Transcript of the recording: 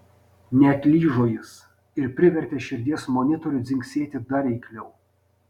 neatlyžo jis ir privertė širdies monitorių dzingsėti dar eikliau